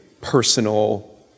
personal